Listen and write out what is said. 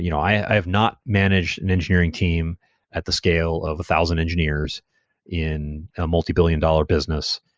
you know i have not managed an engineering team at the scale of a thousand engineers in a multibillion-dollar business.